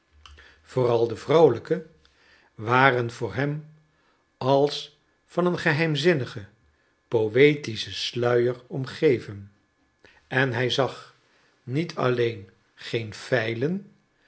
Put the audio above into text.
vooral de vrouwelijke waren voor hem als van een geheimzinnigen poëtischen sluier omgeven en hij zag niet alleen geen feilen